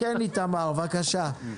איתמר, בבקשה.